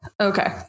okay